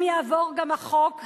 אם יעבור גם החוק הבא,